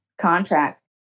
contract